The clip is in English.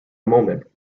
moment